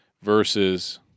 Versus